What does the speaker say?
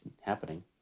happening